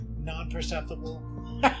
non-perceptible